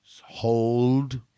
Hold